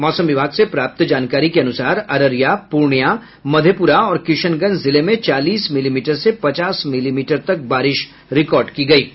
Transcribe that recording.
मौसम विभाग से प्राप्त जानकारी के अनुसार अररिया पूर्णियां मधेपुरा और किशनगंज जिले में चालीस मिलीमीटर से पचास मिलीमीटर तक बारिश रिकॉर्ड की गयी है